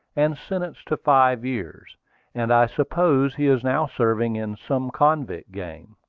and sentenced to five years and i suppose he is now serving in some convict gang.